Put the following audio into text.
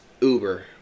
Uber